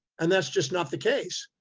and that's just not the case.